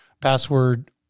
password